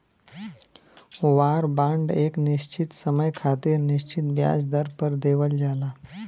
वार bond एक निश्चित समय खातिर निश्चित ब्याज दर पर देवल जाला